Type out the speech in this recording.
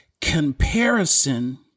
Comparison